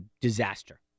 disaster